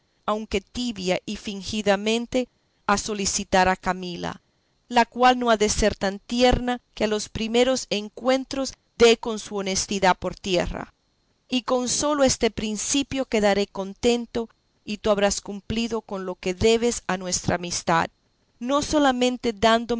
aunque tibia y fingidamente a solicitar a camila la cual no ha de ser tan tierna que a los primeros encuentros dé con su honestidad por tierra y con solo este principio quedaré contento y tú habrás cumplido con lo que debes a nuestra amistad no solamente dándome